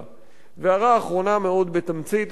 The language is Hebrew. והערה אחרונה מאוד בתמצית, אדוני היושב-ראש.